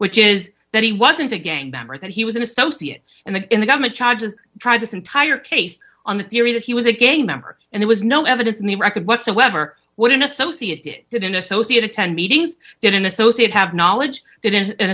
which is that he wasn't a gang member that he was an associate and then in the government charges tried this entire case on the theory that he was a gay member and there was no evidence in the record whatsoever what an associate it didn't associate attend meetings in an associate have knowledge that is an